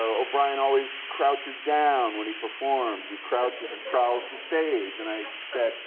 oh, brian always crouches down when he performs. he crouches and prowls the stage. and i said,